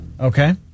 Okay